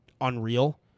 unreal